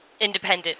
independent